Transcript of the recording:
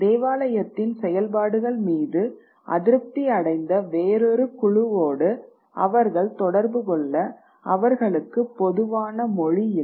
தேவாலயத்தின் செயல்பாடுகள் மீது அதிருப்தி அடைந்த வேறொரு குழுவோடு அவர்கள் தொடர்பு கொள்ள அவர்களுக்கு பொதுவான மொழி இல்லை